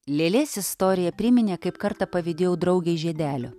lėlės istorija priminė kaip kartą pavydėjau draugei žiedelio